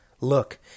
Look